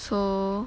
so